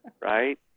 Right